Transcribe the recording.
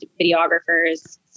videographers